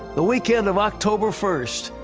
the weekend of october first,